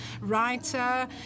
writer